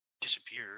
disappear